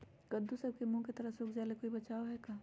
कददु सब के मुँह के तरह से सुख जाले कोई बचाव है का?